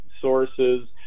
sources